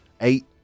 eight